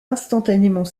instantanément